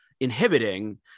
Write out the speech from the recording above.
inhibiting